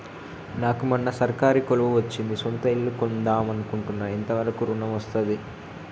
నాకు మొన్న సర్కారీ కొలువు వచ్చింది సొంత ఇల్లు కొన్దాం అనుకుంటున్నా ఎంత వరకు ఋణం వస్తది?